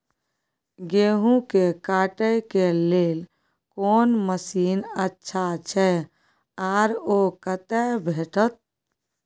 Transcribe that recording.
गेहूं के काटे के लेल कोन मसीन अच्छा छै आर ओ कतय भेटत?